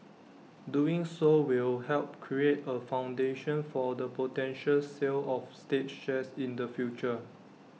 doing so will help create A foundation for the potential sale of state shares in the future